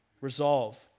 Resolve